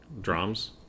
drums